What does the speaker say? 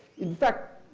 in fact,